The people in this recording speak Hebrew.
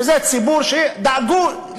וזה ציבור שדאגו,